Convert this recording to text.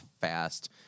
fast